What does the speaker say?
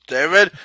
David